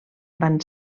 van